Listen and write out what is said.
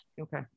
Okay